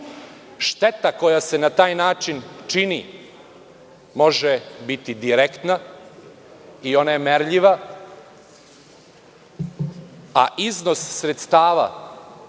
koja se na taj način čini može biti direktna i ona je merljiva, a iznos sredstava,